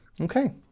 Okay